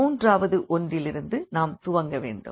மூன்றாவது ஒன்றிலிருந்து நாம் துவங்க வேண்டும்